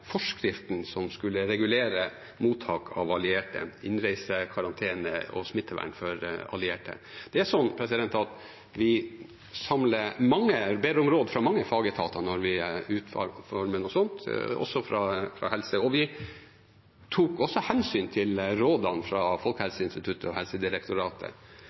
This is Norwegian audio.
forskriften som skulle regulere mottak av allierte – innreise, karantene og smittevern for allierte. Vi ber om råd fra mange fagetater når vi utformer noe sånt, også fra helse, og vi tok også hensyn til rådene fra Folkehelseinstituttet og Helsedirektoratet.